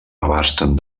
abasten